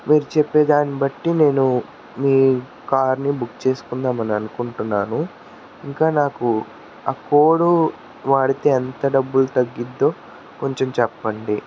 మీరు చెప్పేదానిబట్టి నేను మీ కారుని బుక్కు చేసుకుందామని అని అనుకుంటున్నాను ఇంకా నాకు ఆ కోడు వాడితే ఎంత డబ్బులు తగ్గిద్దో కొంచెం చెప్పండి